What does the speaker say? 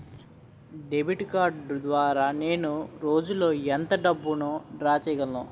Debit card ద్వారా నేను రోజు లో ఎంత డబ్బును డ్రా చేయగలను?